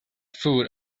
food